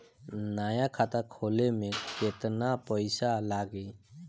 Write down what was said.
नया खाता खोले मे केतना पईसा लागि?